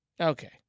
okay